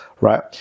right